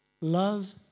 Love